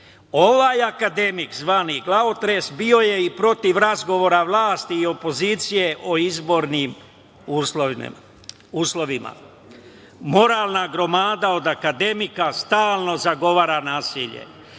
akademik zvani glavotres, bio je i protiv razgovora vlasti i opozicije o izbornim uslovima, moralna gromada od akademika stalno zagovara nasilje.